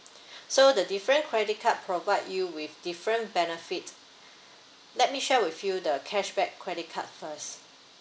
so the different credit card provide you with different benefits let me share with you the cashback credit card first